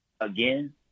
Again